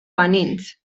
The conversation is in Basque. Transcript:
banintz